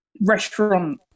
restaurant